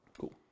Cool